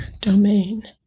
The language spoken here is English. domain